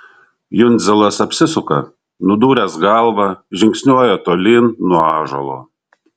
jundzilas apsisuka nudūręs galvą žingsniuoja tolyn nuo ąžuolo